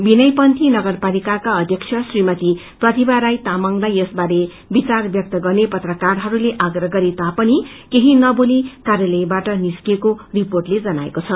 विनयपंथी नगरपालिकाका अध्यक्ष श्रीमती प्रतिभा राई तामंगलाई यसबारे विचार व्यक्त गर्ने पत्रकारहरूले आग्रह गरेता पनि केही नबोली कार्यालयबाट निस्किएको रिर्पोटले जनाएको छ